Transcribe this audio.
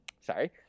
Sorry